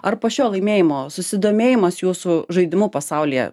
ar po šio laimėjimo susidomėjimas jūsų žaidimu pasaulyje